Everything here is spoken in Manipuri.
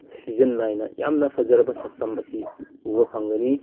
ꯁꯤꯖꯟ ꯅꯥꯏꯅ ꯌꯥꯝꯅ ꯐꯖꯔꯕ ꯁꯛꯇꯝ ꯑꯁꯤ ꯎꯕ ꯐꯪꯒꯅꯤ